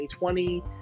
2020